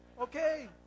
Okay